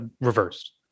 reversed